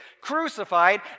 crucified